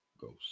ghost